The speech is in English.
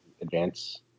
advance